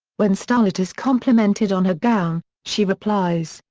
when starlett is complimented on her gown, she replies,